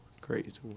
crazy